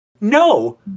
No